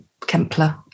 Kempler